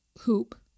hoop